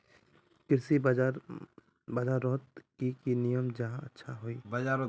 कृषि बाजार बजारोत की की नियम जाहा अच्छा हाई?